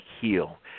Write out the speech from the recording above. heal